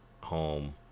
home